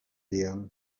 dia